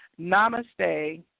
Namaste